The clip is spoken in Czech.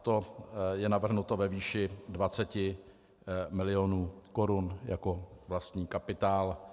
To je navrženo ve výši 20 milionů korun jako vlastní kapitál.